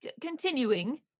continuing